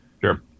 sure